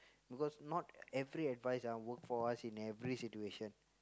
because not every advice are work for us in every situation